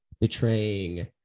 betraying